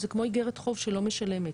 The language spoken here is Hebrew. זה כמו איגרת חוב שלא משלמת.